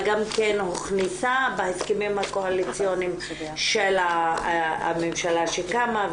גם כן הוכנסה בהסכמים הקואליציוניים של הממשלה שקמה,